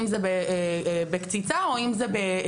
אם זה בקציצה או אם זה בתפזורת.